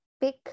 pick